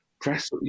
press